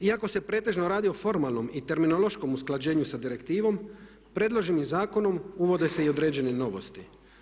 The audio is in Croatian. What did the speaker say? Iako se pretežno radi o formalnom i terminološkom usklađenju sa direktivom predloženim zakonom uvode se i određene novosti.